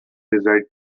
desired